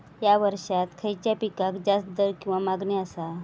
हया वर्सात खइच्या पिकाक जास्त दर किंवा मागणी आसा?